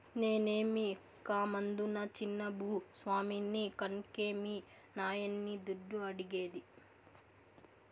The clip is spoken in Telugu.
నేనేమీ కామందునా చిన్న భూ స్వామిని కన్కే మీ నాయన్ని దుడ్డు అడిగేది